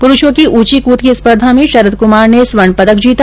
पुरूषों की ऊंची कुद की स्पर्धा में शरद कुमार ने स्वर्ण पदक जीता